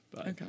Okay